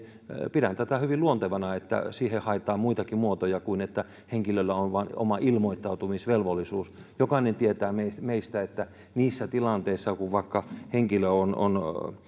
pidän tätä hyvin luontevana että siihen haetaan muitakin muotoja kuin että henkilöllä on vain oma ilmoittautumisvelvollisuus jokainen meistä tietää että vaikka niissä tilanteissa kun henkilö